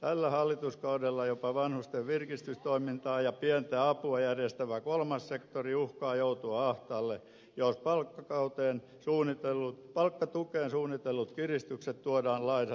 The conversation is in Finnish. tällä hallituskaudella jopa vanhusten virkistystoimintaa ja pientä apua järjestävä kolmas sektori uhkaa joutua ahtaalle jos palkkatukeen suunnitellut kiristykset tuodaan lainsäädäntöömme